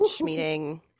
meeting